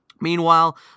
Meanwhile